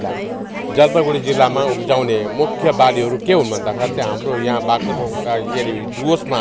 ल जलपाइगुडी जिल्लामा उब्जाउने मुख्य बालीहरू के हुन् भन्दाखरि चाहिँ हाम्रो यहाँ बाग्राकोट डुवर्समा